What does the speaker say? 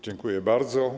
Dziękuję bardzo.